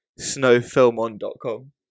SnowFilmon.com